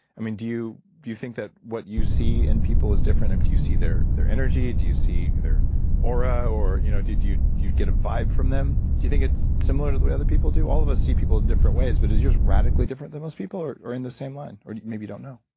um do you you think that what you see in people is different? um do you see their their energy, do you see their aura, or you know do do you you get a vibe from them? do you think it's similar to what other people? do all of us see people in different ways but it's just radically different than most people or or in the same line, or maybe don't know?